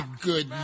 good